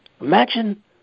Imagine